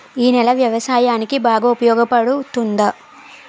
ఈ నేల వ్యవసాయానికి బాగా ఉపయోగపడుతుందా?